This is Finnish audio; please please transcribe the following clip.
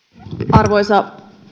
arvoisa